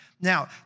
Now